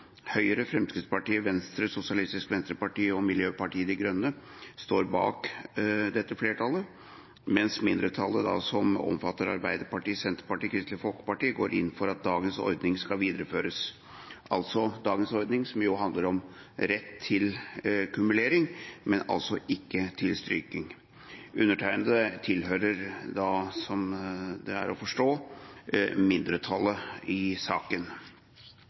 Høyre, Fremskrittspartiet, Venstre, Sosialistisk Venstreparti og Miljøpartiet De Grønne står bak dette flertallet, mens mindretallet, som omfatter Arbeiderpartiet, Senterpartiet og Kristelig Folkeparti, går inn for at dagens ordning, som handler om rett til kumulering, men altså ikke til strykning, skal videreføres. Jeg tilhører da, slik det er å forstå, mindretallet i saken.